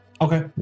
Okay